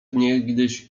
niegdyś